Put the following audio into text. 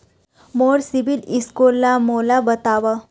मोर CIBIL score ला मोला बताव?